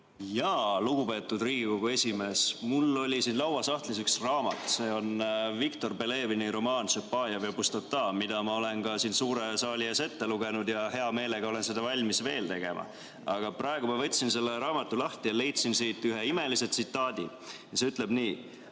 Jaa, lugupeetud Riigikogu esimees! Mul oli siin lauasahtlis üks raamat, see on Viktor Pelevini romaan "Tšapajev ja Pustota", mida ma olen ka siin suure saali ees ette lugenud ja hea meelega olen valmis seda veel tegema. Aga praegu ma võtsin selle raamatu lahti ja leidsin siit ühe imelise tsitaadi, mis ütleb nii: